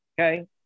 okay